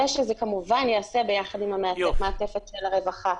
ושזה כמובן ייעשה ביחד עם המעטפת של הרווחה.